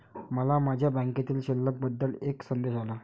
मला माझ्या बँकेतील शिल्लक बद्दल एक संदेश आला